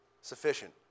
Sufficient